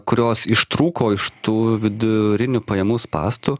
kurios ištrūko iš tų vidurinių pajamų spąstų